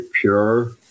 pure